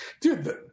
Dude